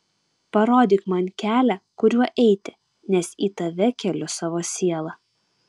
parodyk man kelią kuriuo eiti nes į tave keliu savo sielą